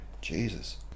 jesus